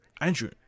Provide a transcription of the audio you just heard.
Andrew